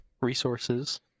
resources